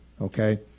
okay